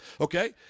Okay